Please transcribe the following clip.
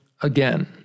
again